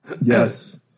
Yes